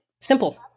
Simple